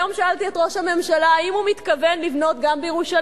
היום שאלתי את ראש הממשלה אם הוא מתכוון לבנות גם בירושלים,